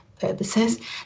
purposes